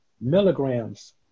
milligrams